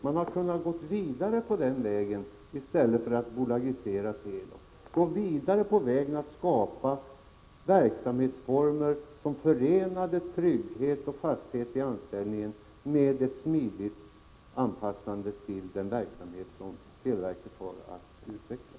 Man hade kunnat gå vidare på den vägen i stället för att ”bolagisera” Teli, man hade kunnat gå vidare på vägen att skapa verksamhetsformer som förenar trygghet och fasthet i anställningen med ett smidigt anpassande till den verksamhet som televerket har att utveckla.